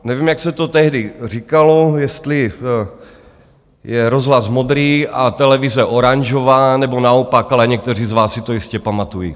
Nevím, jak se to tehdy říkalo, jestli je rozhlas modrý a televize oranžová, nebo naopak, ale někteří z vás si to jistě pamatují.